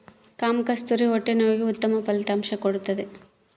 ಕಾಮಕಸ್ತೂರಿ ಹೊಟ್ಟೆ ನೋವಿಗೆ ಉತ್ತಮ ಫಲಿತಾಂಶ ಕೊಡ್ತಾದ